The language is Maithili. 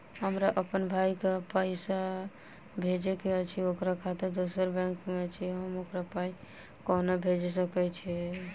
हमरा अप्पन भाई कऽ पाई भेजि कऽ अछि, ओकर खाता दोसर बैंक मे अछि, हम ओकरा पाई कोना भेजि सकय छी?